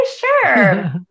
sure